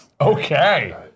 Okay